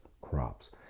crops